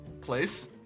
Place